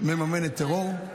שמממנת טרור.